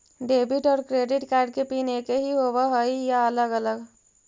Debit और credit card के pin एकही होव हइ या अलग अलग?